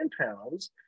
pounds